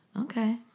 Okay